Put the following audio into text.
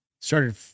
started